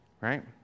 right